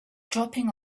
dropping